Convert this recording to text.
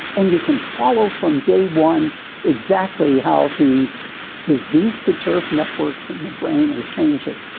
and you can follow from day one exactly how the disease-perturbed networks in the brain are changing.